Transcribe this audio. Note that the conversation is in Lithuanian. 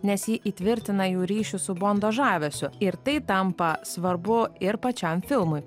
nes ji įtvirtina jų ryšius su bondo žavesiu ir tai tampa svarbu ir pačiam filmui